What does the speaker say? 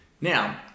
Now